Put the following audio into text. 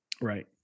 Right